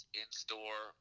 in-store